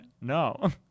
No